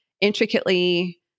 intricately